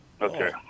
Okay